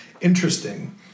interesting